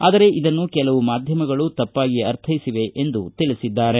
ಆದರೆ ಇದನ್ನು ಕೆಲವು ಮಾಧ್ಯಮಗಳು ತಪ್ಪಾಗಿ ಅರ್ಥೈಸಿವೆ ಎಂದು ತಿಳಿಸಿದ್ದಾರೆ